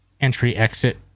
entry-exit